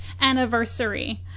anniversary